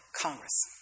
Congress